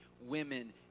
women